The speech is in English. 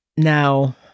Now